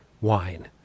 wine